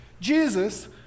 Jesus